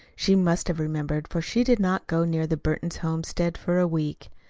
she must have remembered, for she did not go near the burton homestead for a week.